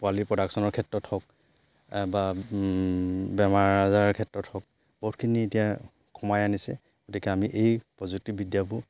পোৱালি প্ৰডাকশ্যনৰ ক্ষেত্ৰত হওক বা বেমাৰ আজাৰৰ ক্ষেত্ৰত হওক বহুতখিনি এতিয়া সোমাই আনিছে গতিকে আমি এই প্ৰযুক্তিবিদ্যাবোৰ